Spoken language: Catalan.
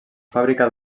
fàbrica